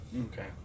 Okay